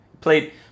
played